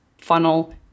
funnel